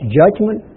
judgment